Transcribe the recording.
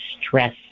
stress